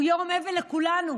הוא יום אבל לכולנו,